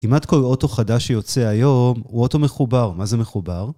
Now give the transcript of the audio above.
כמעט כל אוטו חדש שיוצא היום הוא אוטו מחובר, מה זה מחובר?